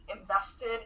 invested